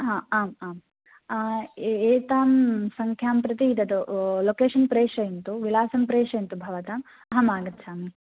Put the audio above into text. हा आम् आम् एतां सङ्ख्यां प्रति तत् लोकेषन् प्रेषयन्तु विलासं प्रेषयन्तु भवताम् अहमागच्छामि